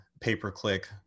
pay-per-click